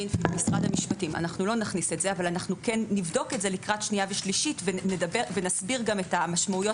אבל נבדוק את זה לקראת שנייה ושלישית ונסביר את המשמעויות